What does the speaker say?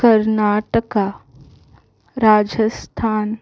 Karnataka Rajasthan